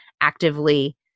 actively